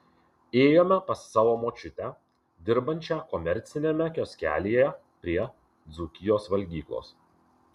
ėjome pas savo močiutę dirbančią komerciniame kioskelyje prie dzūkijos valgyklos